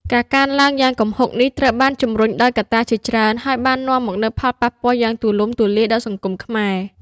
ការកើនឡើងយ៉ាងគំហុកនេះ ត្រូវបានជំរុញដោយកត្តាជាច្រើន ហើយបាននាំមកនូវផលប៉ះពាល់យ៉ាងទូលំទូលាយដល់សង្គមខ្មែរ។